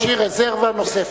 צריך להשאיר רזרבה נוספת.